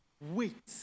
Wait